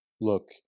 Look